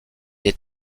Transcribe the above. est